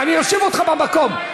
אני אושיב אותך במקום.